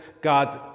God's